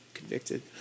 Convicted